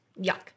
Yuck